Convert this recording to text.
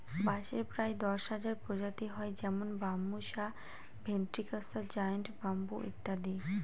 বাঁশের প্রায় দশ হাজার প্রজাতি হয় যেমন বাম্বুসা ভেন্ট্রিকসা জায়ন্ট ব্যাম্বু ইত্যাদি